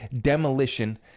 demolition